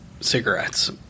Cigarettes